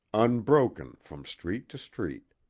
unbroken from street to street.